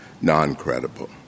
non-credible